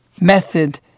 method